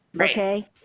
okay